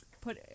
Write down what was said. put